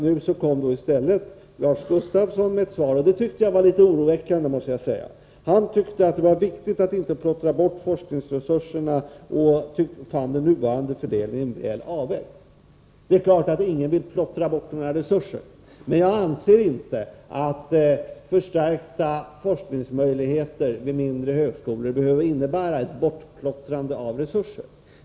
Nu komi stället Lars Gustafsson med ett'svar, och detta tyckte jag var litet oroväckande, måste jag säga. Han tyckte att det var viktigt att inte ”plottra bort” forskningsresurserna och fann den nuvarande fördelningen väl avvägd. Det är klart att ingen vill plottra bort — Nr 166 några resurser, men jag anser inte att förstärkta forskningsmöjligheter vid mindre högskolor behöver innebära ett bortplottrande av resurser.